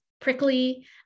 prickly